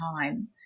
time